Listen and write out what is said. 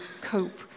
cope